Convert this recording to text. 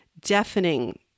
deafening